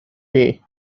pay